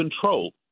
control